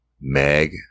Meg